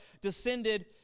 descended